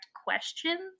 questions